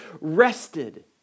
rested